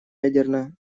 ядерно